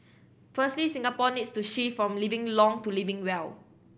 firstly Singapore needs to shift from living long to living well